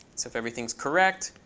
so if everything's correct,